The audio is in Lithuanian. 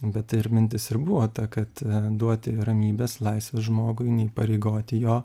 bet ir mintis ir buvo ta kad duoti ramybės laisvės žmogui neįpareigoti jo